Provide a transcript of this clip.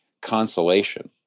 consolation